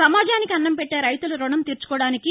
సమాజానికి అన్నం పెట్లే రైతుల రుణం తీర్చుకోడానికి